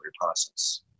process